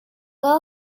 but